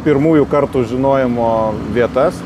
pirmųjų kartų žinojimo vietas